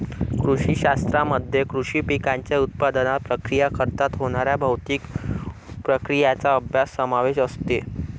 कृषी शास्त्रामध्ये कृषी पिकांच्या उत्पादनात, प्रक्रिया करताना होणाऱ्या भौतिक प्रक्रियांचा अभ्यास समावेश असते